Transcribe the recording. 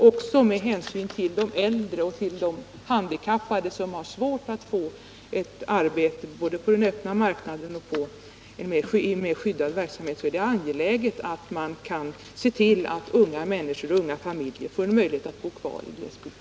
Också med hänsyn till de äldre och handikappade, som har svårt att få ett arbete både på den öppna marknaden och i mera skyddad verksamhet, är det angeläget att man kan se till att unga människor och unga familjer får en möjlighet att bo kvar i glesbygd.